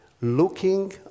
Looking